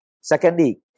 Secondly